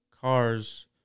cars